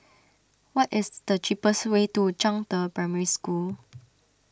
what is the cheapest way to Zhangde Primary School